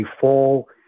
fall